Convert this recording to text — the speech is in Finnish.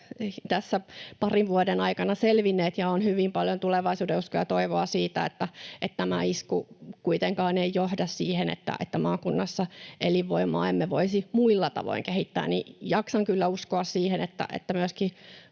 parin vuoden aikana selvinneet ja on hyvin paljon tulevaisuudenuskoa ja toivoa siitä, että tämä isku kuitenkaan ei johda siihen, että maakunnassa elinvoimaa emme voisi muilla tavoin kehittää, niin jaksan kyllä uskoa siihen, että myöskin